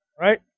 right